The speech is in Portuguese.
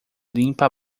limpa